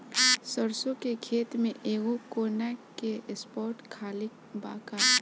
सरसों के खेत में एगो कोना के स्पॉट खाली बा का?